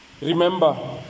Remember